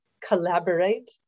Collaborate